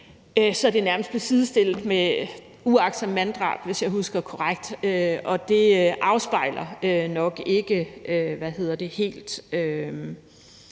så det nærmest blev sidestillet med uagtsomt manddrab, hvis jeg husker korrekt, og det afspejler nok ikke helt